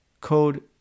Code